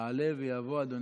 יעלה ויבוא, אדוני,